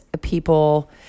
people